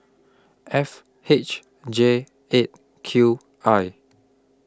F H J eight Q I